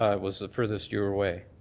ah was the furthest you were away.